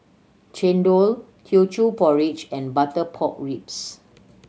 chendol Teochew Porridge and butter pork ribs